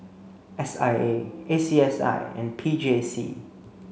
S I A A C S I and P J C